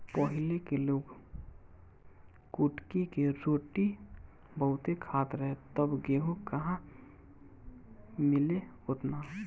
पहिले के लोग कुटकी के रोटी बहुते खात रहे तब गेहूं कहां मिले ओतना